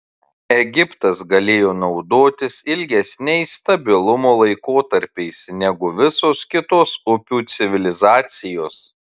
egiptas galėjo naudotis ilgesniais stabilumo laikotarpiais negu visos kitos upių civilizacijos